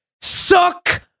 suck